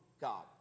God